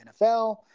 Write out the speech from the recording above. NFL